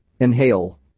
Inhale